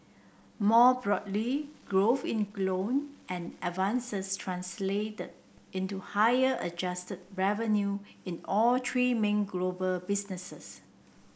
more broadly growth in loan and advances translated into higher adjusted revenue in all three main global businesses